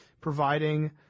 providing